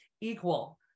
equal